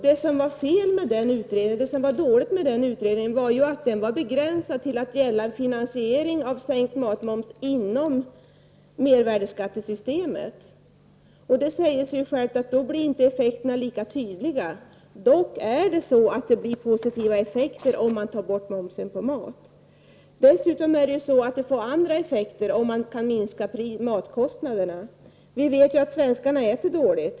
Det som var dåligt med den utredningen var att den var begränsad till att gälla finansiering av sänkt matmoms inom mervärdeskattesystemet. Det säger sig självt att effekterna då inte blir lika tydliga. Dock blir det positiva effekter om man tar bort momsen på mat. Dessutom får det andra effekter om man kan minska matkostnaderna. Vi vet att svenskarna äter dåligt.